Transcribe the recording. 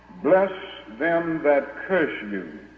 bless them that curse you,